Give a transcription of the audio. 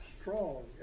strong